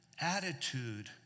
attitude